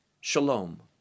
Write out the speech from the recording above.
Shalom